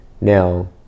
Now